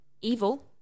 Evil